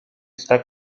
está